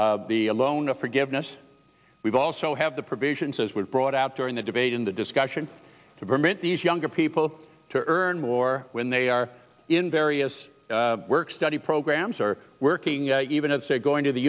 the loan forgiveness we've also have the provisions as we've brought out during the debate in the discussion to permit these younger people to earn more when they are in various work study programs are working even if they're going to the